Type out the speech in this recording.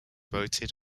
voted